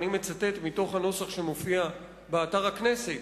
ואני מצטט מתוך הנוסח שמופיע באתר הכנסת: